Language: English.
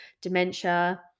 dementia